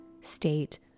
state